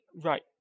right